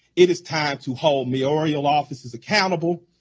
it is time to hold mayoral offices accountable,